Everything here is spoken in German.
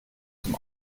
zum